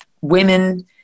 women